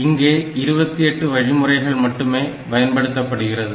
இங்கே 28 வழிமுறைகள் மட்டுமே பயன்படுத்தப்படுகிறது